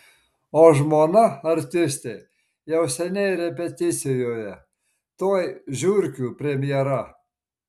o žmona artistė jau seniai repeticijoje tuoj žiurkių premjera